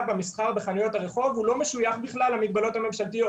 במסחר בחנויות הרחוב לא משויך בכלל למגבלות הממשלתיות.